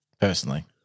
personally